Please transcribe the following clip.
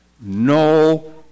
No